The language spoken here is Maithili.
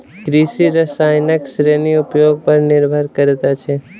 कृषि रसायनक श्रेणी उपयोग पर निर्भर करैत अछि